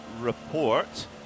report